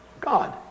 God